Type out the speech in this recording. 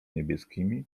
niebieskimi